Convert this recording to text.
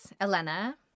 Elena